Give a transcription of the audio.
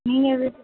நீங்கள் எது